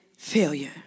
Failure